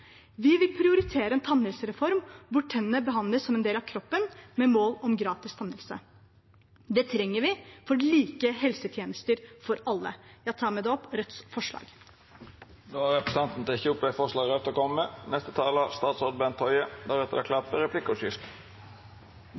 Vi vil prioritere en tannhelsereform der tennene behandles som en del av kroppen, med mål om gratis tannhelse. Det trenger vi for å få like helsetjenester for alle. Jeg tar med det opp Rødts forslag. Då har representanten Seher Aydar teke opp det forslaget